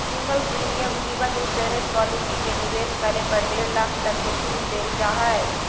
single premium जीवन insurance policy में निवेश करे पर डेढ़ लाख तक के छूट देल जा हइ